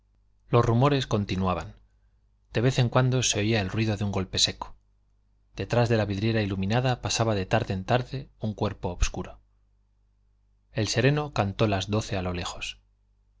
los rumores continuaban de vez en cuando se oía el ruido de un golpe seco detrás de la vidriera iluminada pasaba de tarde en tarde un cuerpo obscuro el sereno cantó las doce a lo lejos